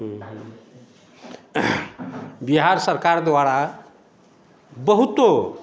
बिहार सरकार द्वारा बहुतो